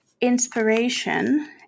Inspiration